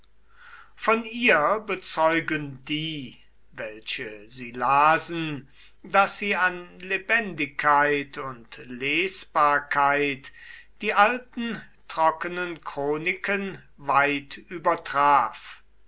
von ihr bezeugen die welche sie lasen daß sie an lebendigkeit und lesbarkeit die alten trockenen chroniken weit